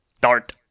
Dart